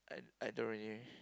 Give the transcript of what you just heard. I I don't really